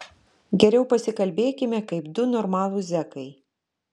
geriau pasikalbėkime kaip du normalūs zekai